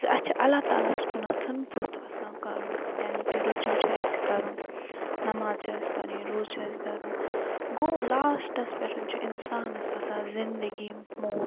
زِ اَسہِ چھِ اللہ تعالیٰ ہَس کُنَتھ بُتھ آسان کَرُن یعنی کہ رِجوٗع چھِ اَسہِ کَرُن نماز چھِ اَسہِ پَرٕنۍ روزٕ چھِ اَسہِ دَرُن گوٚو لاسٹَس پٮ۪ٹھ چھُ اِنسانَس آسان زندگی موت